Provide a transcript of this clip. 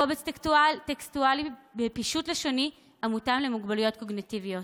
קובץ טקסטואלי בפישוט לשוני המותאם למוגבלויות קוגניטיביות.